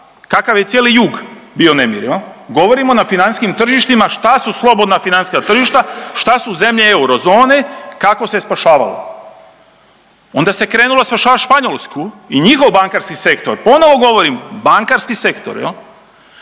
kakav je cijeli jug bio u nemiru, govorimo na financijskim tržištima, šta su slobodna financijska tržišta, šta su zemlje eurozone, kako se je spašavalo. Onda se krenulo spašavat Španjolsku i njihov bankarski sektor, ponovo govorim bankarski sektor.